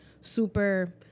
super